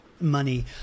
money